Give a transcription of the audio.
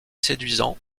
séduisant